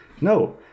No